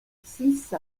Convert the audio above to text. six